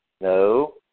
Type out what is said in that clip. No